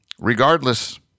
regardless